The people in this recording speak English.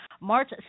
March